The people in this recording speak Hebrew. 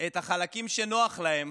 את החלקים שנוח להם